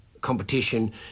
competition